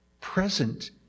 present